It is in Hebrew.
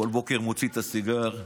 בכל בוקר מוציא את הסיגר,